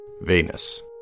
Venus